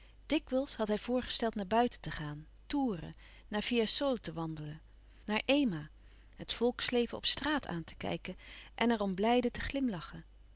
dikwijls had hij voorgesteld naar buiten te gaan toeren naar fiesole te louis couperus van oude menschen de dingen die voorbij gaan wandelen naar ema het volksleven op straat aan te kijken en er om blijde te glimlachen